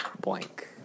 blank